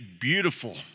beautiful